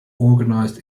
organised